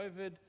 COVID